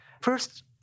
First